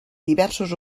diversos